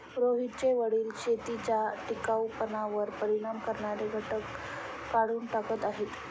रोहितचे वडील शेतीच्या टिकाऊपणावर परिणाम करणारे घटक काढून टाकत आहेत